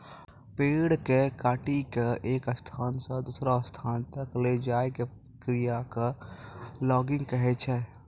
पेड़ कॅ काटिकॅ एक स्थान स दूसरो स्थान तक लै जाय के क्रिया कॅ लॉगिंग कहै छै